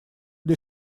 для